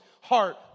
heart